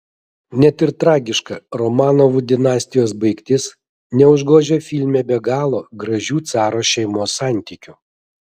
net ir tragiška romanovų dinastijos baigtis neužgožia filme be galo gražių caro šeimos santykių